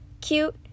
cute